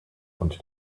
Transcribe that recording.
und